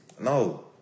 No